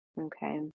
okay